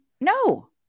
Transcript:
No